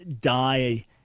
die